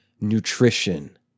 nutrition